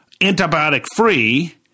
antibiotic-free